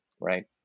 right